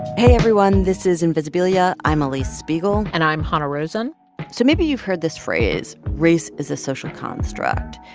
hey, everyone. this is invisibilia. i'm alix spiegel and i'm hanna rosin so maybe you've heard this phrase race is a social construct.